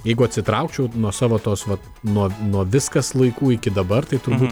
jeigu atsitraukčiau nuo savo tos vat nuo nuo viskas laikų iki dabar tai turbūt